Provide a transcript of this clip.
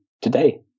today